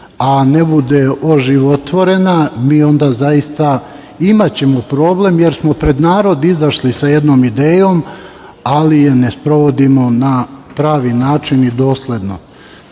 a ne bude oživotvorena, mi ćemo onda zaista imati problem jer smo pred narod izašli sa jednom idejom, ali je ne sprovodimo na pravi način i dosledno.U